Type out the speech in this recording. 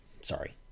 Sorry